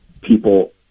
people